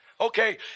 okay